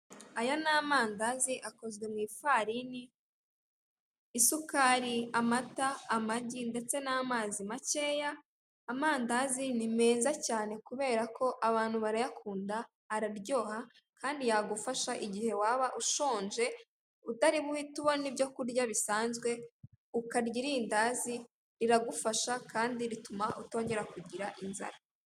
Aya ni amandazi akozwe mu ifarini, isukari, amata, amagi ndetse n'amazi makeya. amandazi ni meza cyane kubera ko abantu barayakunda araryoha kandi yagufasha igihe waba ushonje utaribuhite ubona ibyo kurya bisanzwe ukarya irindazi riragufasha kandi rituma utongera kugira inzara.